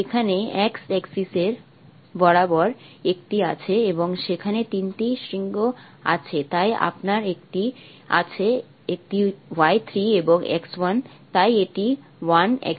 এখানে x axis এর বরাবর একটি আছে এবং সেখানে তিনটি শৃঙ্গ আছে তাই আপনার এটি আছে একটি y 3 এবং x 1 তাই এটি 1 x y